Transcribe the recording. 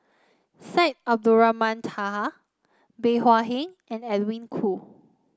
Syed Abdulrahman Taha Bey Hua Heng and Edwin Koo